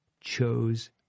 chose